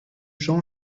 jean